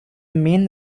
main